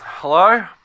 Hello